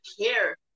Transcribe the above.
care